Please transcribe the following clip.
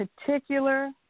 particular